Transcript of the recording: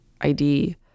id